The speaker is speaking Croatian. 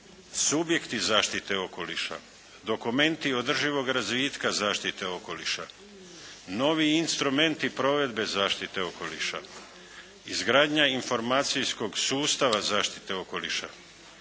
subjekti zaštite okoliša, dokumenti održivog razvitka zaštite okoliša, novi instrumenti provedbe zaštite okoliša, izgradnja informacijskog sustava zaštite okoliša,